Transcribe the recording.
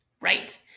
Right